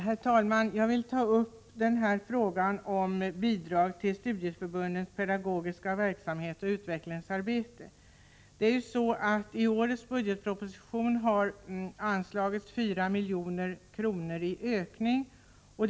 Herr talman! Jag vill ta upp frågan om bidrag till studieförbundens pedagogiska verksamhet och utvecklingsarbete. I årets budgetproposition har anslagits en ökning av 4 milj.kr.